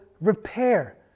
repair